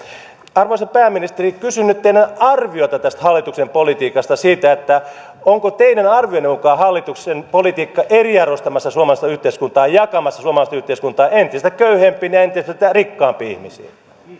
arvoisa pääministeri kysyn nyt teidän arviotanne tästä hallituksen politiikasta siitä onko teidän arvionne mukaan hallituksen politiikka eriarvoistamassa suomalaista yhteiskuntaa ja jakamassa suomalaista yhteiskuntaa entistä köyhempiin ja entistä rikkaampiin ihmisiin